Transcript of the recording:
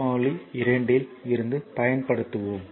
2 இல் இருந்து பயன்படுத்துவோம்